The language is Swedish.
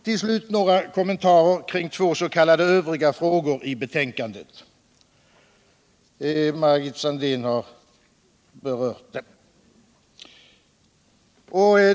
Till slut nägra kommentarer kring två s.k. övriga frågor I betänkandet: Margit Sandéhn har berört en av dem.